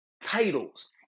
titles